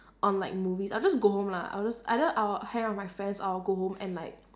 on like movies I just go home lah I'll just either I'll hang out with friends or I go home and like